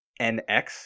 NX